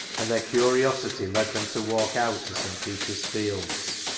and their curiosity led them to walk out to st. peter's fields.